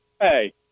hey